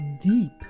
deep